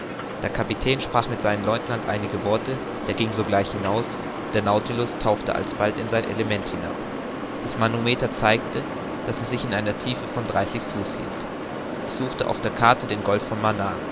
der kapitän sprach mit seinem lieutenant einige worte der ging sogleich hinaus und der nautilus tauchte alsbald in sein element hinab das manometer zeigte daß es sich in einer tiefe von dreißig fuß hielt ich suchte auf der karte den golf von manaar